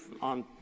on